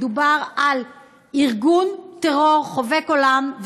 מדובר על ארגון טרור חובק עולם.